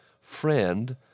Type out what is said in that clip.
friend